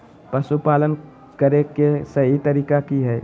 पशुपालन करें के सही तरीका की हय?